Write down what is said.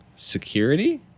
Security